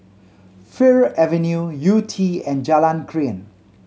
Fir Avenue Yew Tee and Jalan Krian